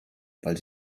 weil